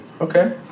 Okay